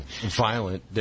violent